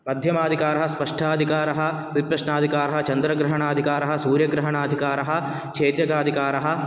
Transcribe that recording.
मध्यमाधिकारः स्पष्टाधिकारः त्रिप्रश्नाधिकारः चन्द्रग्रहणाधिकारः सूर्यग्रहणाधिकारः धिकारः